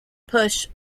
push